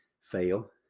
fail